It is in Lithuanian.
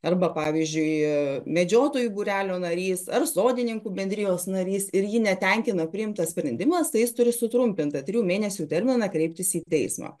arba pavyzdžiui medžiotojų būrelio narys ar sodininkų bendrijos narys ir ji netenkina priimtas sprendimas tai jis turi sutrumpintą trijų mėnesių terminą kreiptis į teismą